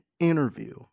interview